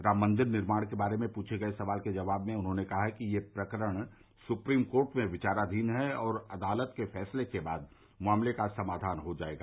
राम मंदिर निर्माण के बारे में पूछे गये सवाल के जवाब में उन्होंने कहा कि यह प्रकरण सुप्रीम कोर्ट में विचाराधीन है और अदालत के फैंसले के बाद मामले का समाघान हो जायेगा